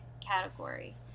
category